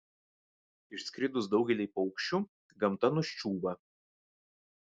išskridus daugeliui paukščių gamta nuščiūva